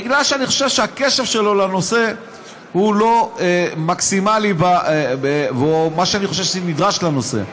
כי אני חושב שהקשב שלו לנושא הוא לא מקסימלי מה שאני חושב שנדרש לנושא.